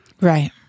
Right